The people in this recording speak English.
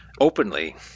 openly